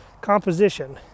composition